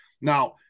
now